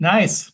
Nice